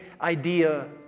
idea